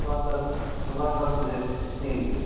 सुबह दस सुबह दस बजे से तीन बजे तक